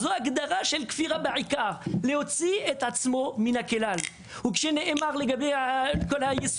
"הגדרה של כפירה בעיקר היא להוציא את עצמו מן הכלל." לגבי המילים